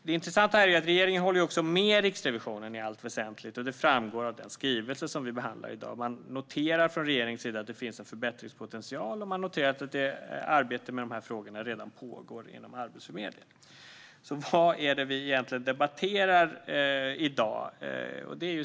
Det intressanta är att regeringen i allt väsentligt håller med Riksrevisionen, vilket framgår av den skrivelse som vi behandlar i dag. Man noterar från regeringens sida att det finns en förbättringspotential och att ett arbete med dessa frågor redan pågår inom Arbetsförmedlingen. Vad är det då egentligen som vi debatterar i dag?